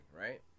right